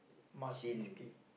malt whiskey